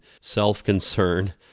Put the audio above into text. self-concern